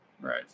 Right